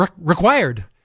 required